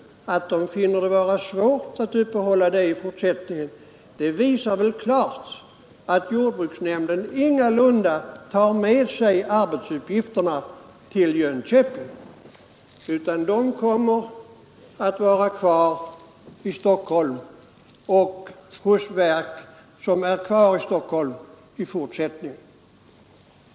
De finner det vara svårt att uppehålla den kontakten i fortsättningen. Och det visar väl klart att jordbruksnämnden ingalunda tar med sig arbetsuppgifterna till Jönköping, utan de kommer att vara kvar i Stockholm i betydande utsträckning.